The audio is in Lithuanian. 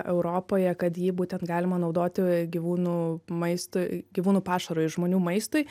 europoje kad jį būtent galima naudoti gyvūnų maistui gyvūnų pašarui žmonių maistui